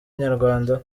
inyarwanda